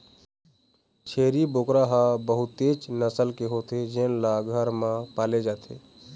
छेरी बोकरा ह बहुतेच नसल के होथे जेन ल घर म पाले जाथे